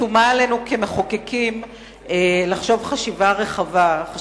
שומה עלינו כמחוקקים לחשוב חשיבה רחבה וארוכת טווח.